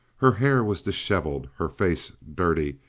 her hair was disheveled, her face dirty,